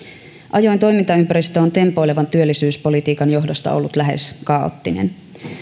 ajoin toimintaympäristö on tempoilevan työllisyyspolitiikan johdosta ollut lähes kaoottinen